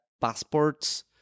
passports